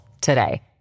today